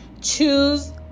choose